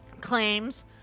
claims